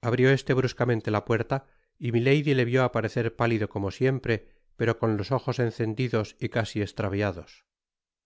abrió content from google book search generated at este bruscamente la puerta y milady le vio aparecer pálido como siempre pero con los ojos encendidos y casi estraviados